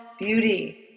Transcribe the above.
beauty